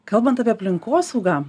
kalbant apie aplinkosaugą